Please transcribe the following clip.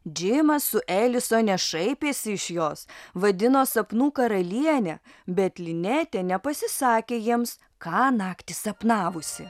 džimas su elisone šaipėsi iš jos vadino sapnų karaliene bet linetė nepasisakė jiems ką naktį sapnavusi